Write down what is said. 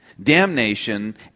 damnation